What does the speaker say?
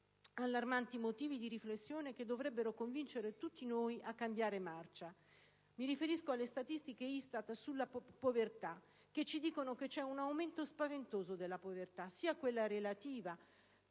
allarmanti motivi di riflessione che dovrebbero convincere tutti noi a cambiare marcia. Mi riferisco alle statistiche ISTAT sulla povertà, che ci dicono che c'è un aumento spaventoso della povertà, sia quella relativa,